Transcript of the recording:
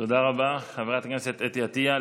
תודה רבה, חברת הכנסת אתי עטייה.